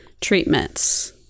treatments